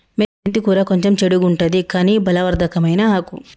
మెంతి కూర కొంచెం చెడుగుంటది కని బలవర్ధకమైన ఆకు